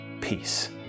peace